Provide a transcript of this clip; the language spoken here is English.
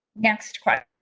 next question,